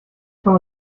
komme